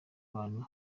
bantu